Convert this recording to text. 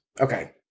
Okay